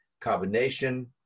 combination